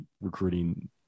recruiting